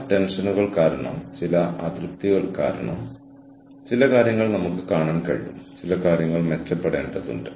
ഞാൻ എന്റെ കൌമാരത്തിലായിരിക്കുമ്പോൾ ഞങ്ങൾക്ക് യഥാർത്ഥത്തിൽ ട്രങ്ക് കോളുകൾ ബുക്ക് ചെയ്യേണ്ടി വന്നിട്ടുണ്ട്